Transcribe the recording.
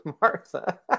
Martha